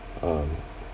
um